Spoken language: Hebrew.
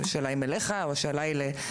השאלה היא אליך או לחוה.